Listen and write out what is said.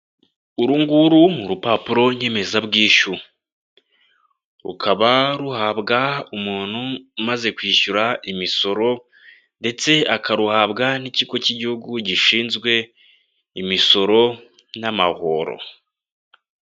Urunguru ni urupapuro nyemezabwishyu rukaba ruhabwa umuntu umaze kwishyura imisoro ndetse akaruhabwa n'ikigo cy'igihugu gishinzwe imisoro n'amahoro.